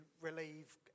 relieve